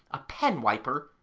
a pen-wiper,